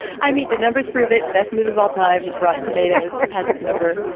i mean, the numbers prove it. best movie of all time. rotten tomatoes has its number.